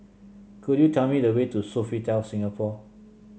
could you tell me the way to Sofitel Singapore